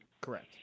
Correct